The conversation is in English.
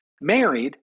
married